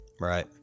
Right